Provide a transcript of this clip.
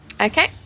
Okay